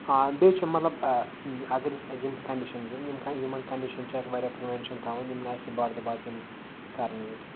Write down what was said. آ بیٚیہِ چھ مَطلَب اگر اَسہِ یِم کَنڈِشَن یِن یِم یِمَن کَنڈِشَن چھ اَسہِ واریاہ پرٕویٚنشَن تھاوٕنۍ یِم نہٕ اَسہِ بار دُبار یِم کَرن ییٚتہ